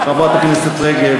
חברת הכנסת רגב,